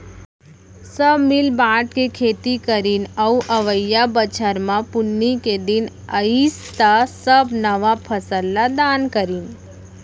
सब मिल बांट के खेती करीन अउ अवइया बछर म पुन्नी के दिन अइस त सब नवा फसल ल दान करिन